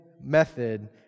method